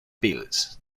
pills